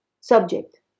subject